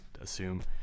assume